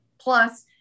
plus